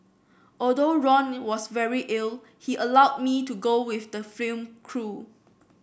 although Ron was very ill he allowed me to go with the film crew